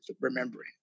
remembering